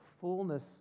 fullness